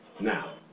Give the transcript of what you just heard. Now